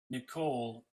nicole